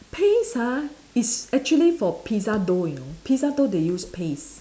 paste ah is actually for pizza dough you know pizza dough they use paste